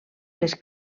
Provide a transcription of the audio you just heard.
les